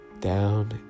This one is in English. Down